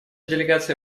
делегация